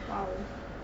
!wow!